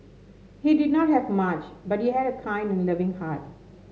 he did not have much but he had a kind and loving heart